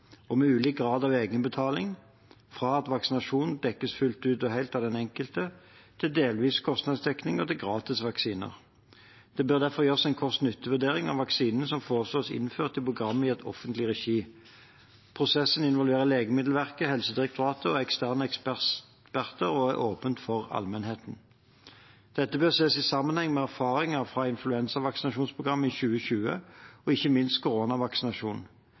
og med ulik grad av egenbetaling – fra at vaksinasjonen dekkes fullt og helt av den enkelte, til delvis kostnadsdekning, og til gratis vaksine. Det bør derfor gjøres en kost–nytte-vurdering av vaksinene som foreslås innført i et program i offentlig regi. Prosessen involverer Legemiddelverket, Helsedirektoratet og eksterne eksperter og er åpen for allmennheten. Dette bør ses i sammenheng med erfaringer fra influensavaksinasjonsprogrammet i 2020 og ikke minst